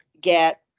get